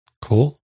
Cool